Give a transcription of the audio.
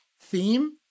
Theme